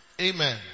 Amen